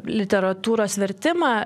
literatūros vertimą